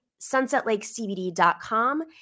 sunsetlakecbd.com